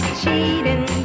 cheating